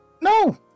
No